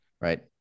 right